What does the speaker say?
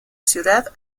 ciudad